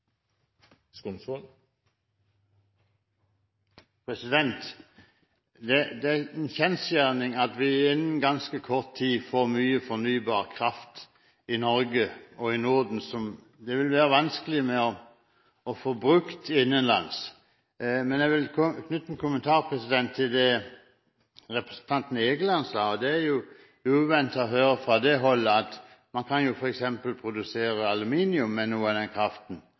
en kjensgjerning at vi innen ganske kort tid får mye fornybar kraft i Norge og i Norden som det vil være vanskelig å få brukt innenlands. Jeg vil knytte en kommentar til det representanten Egeland sa – og det er jo uventet å høre fra det holdet: Man kan f.eks. produsere aluminium av noe av den kraften.